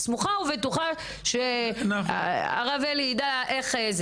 סמוכה ובטוחה שהרב אלי ידע איך.